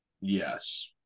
Yes